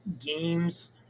games